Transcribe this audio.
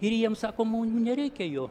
ir jiem sako mum nereikia jo